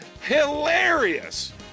Hilarious